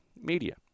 media